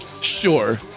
sure